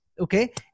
Okay